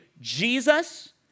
Jesus